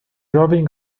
jovem